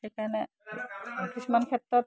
সেইকাৰণে কিছুমান ক্ষেত্ৰত